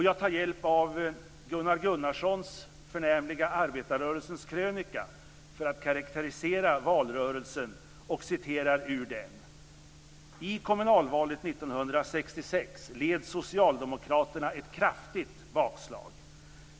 Jag tar hjälp av Gunnar Gunnarssons förnämliga Arbetarrörelsens krönika för att karakterisera den valrörelsen: "I kommunalvalet 1966 led socialdemokratin ett kraftigt bakslag.